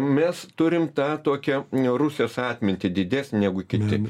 mes turim tą tokią rusijos atmintį didesnę negu kiti